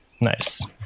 Nice